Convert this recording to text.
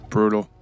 Brutal